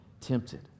tempted